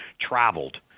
traveled